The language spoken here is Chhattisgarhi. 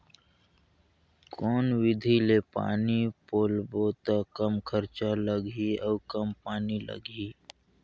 कौन विधि ले पानी पलोबो त कम खरचा लगही अउ कम पानी लगही?